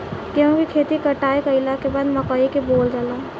गेहूं के खेती कटाई कइला के बाद मकई के बोअल जाला